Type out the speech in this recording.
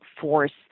force